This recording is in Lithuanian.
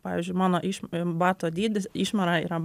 pavyzdžiui mano iš bato dydis išmera yra